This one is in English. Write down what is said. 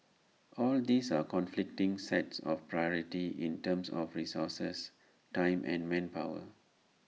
all these are conflicting sets of priority in terms of resources time and manpower